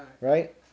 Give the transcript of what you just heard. Right